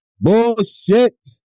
Bullshit